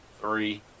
three